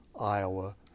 Iowa